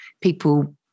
people